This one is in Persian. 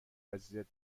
عزیزت